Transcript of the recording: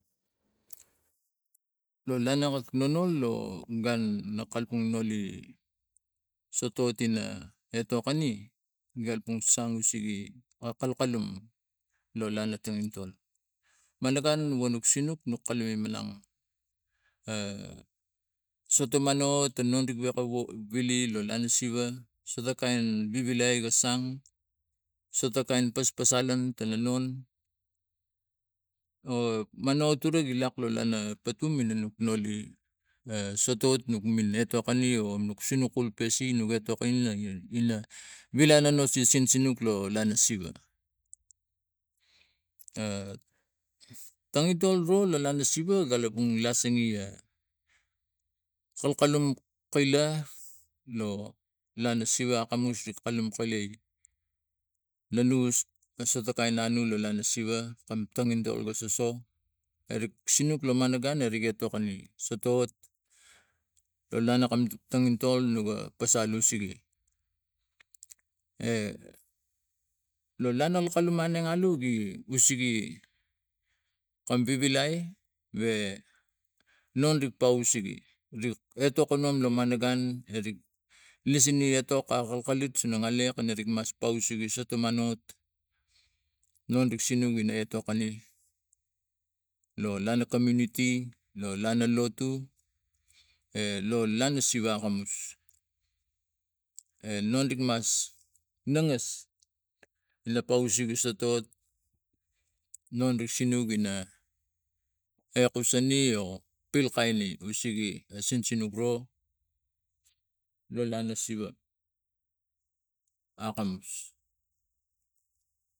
Lo lana gona lo gun lo nu kalapang noni sotot ina etok ani gi kalapang sang sigi akalkalum lo lana tanginton malagun lo nuk sinuk nuk kalai minang a sotol manot tanon wiak a wili lo lana siva so to kain vivi la ga sang so to kain paspasa lan tana nun o manuat tura gi lak lana patum ina nok noni sotot nok etok ani o nuk sinuk kul pasi nok etokani vi lai nu sinuk lo lana siva tangintol ro lo lana siva kalapang lasenge a kalkalum kaila lana siva akamus ri kalume kalai manus no so to kain ano lo alana siva kamtangintol ga soso erek sinuk lamana gun eri ga tok gari sotot lana kam tangintol no ga pasal osege e lo lana kalume ane alu we gi sigi kam vivilai la gun erik lisine etok aka kalit sinang alek lo narik mas pausigi soto manok non rik sinung ina etok kari lo lana komuniti lo lana lotu e lo lana siva akamus e non ikmas nangas lo pausege sotot non ri sinuk ekusani o pil kane usege a sinuk ro lo lana siva a kamus.